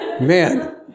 Man